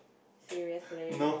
seriously